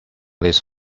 list